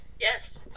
yes